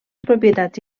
propietats